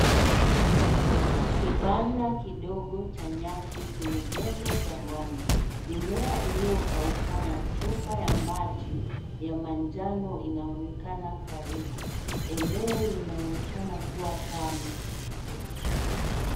Kibanda kidogo cha nyasi kimejengwa jangwani, mimea iliyokauka na chupa ya maji ya manjano inaonekana karibu. Eneo linaonekana kuwa kame